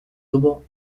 tuvo